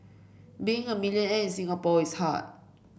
being a millionaire in Singapore is hard